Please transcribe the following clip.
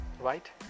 right